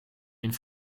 een